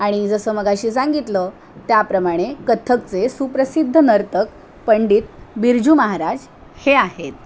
आणि जसं मघाशी सांगितलं त्याप्रमाणे कथ्थकचे सुप्रसिद्ध नर्तक पंडित बिरजू महाराज हे आहेत